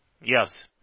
Yes